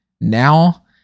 Now